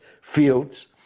fields